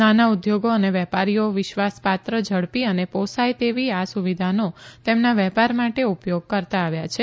નાના ઉદ્યોગો અને વેપારીઓ વિશ્વાસપાત્ર ઝડપી અને પોસાય તેવી આ સુવિધાનો તેમના વેપાર માટે ઉપયોગ કરતા આવ્યા છે